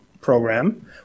program